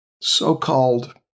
so-called